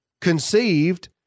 conceived